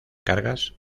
cargas